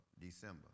December